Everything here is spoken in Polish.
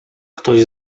ktoś